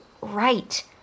right